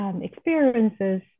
experiences